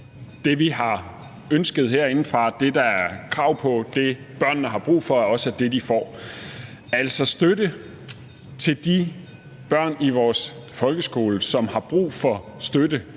som vi har ønsket herindefra, det, der er krav på, det, som børnene har brug for, også er det, som de får. Støtten til de børn i vores folkeskole, som har brug for støtte,